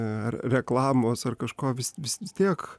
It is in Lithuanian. ar reklamos ar kažko vis vis vistiek